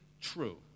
true